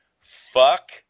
fuck